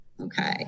Okay